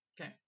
Okay